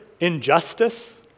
injustice